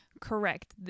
correct